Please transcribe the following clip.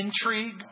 Intrigue